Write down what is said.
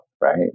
right